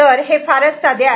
तर हे फारच साधे आहे